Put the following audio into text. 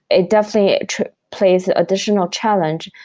it definitely plays additional challenge,